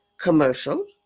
commercial